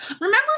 Remember